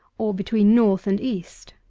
or between north and east.